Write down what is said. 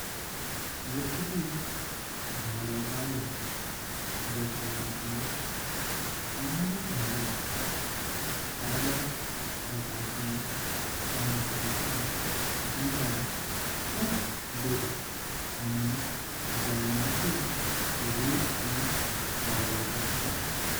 वाखडी झाडपालो जसे की ताबडी भाजी पालक खवपाची माणसाच्या। जीवाक खूप बरी आणि जेवनाची रुच पण वडयता ।